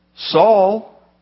Saul